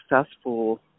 successful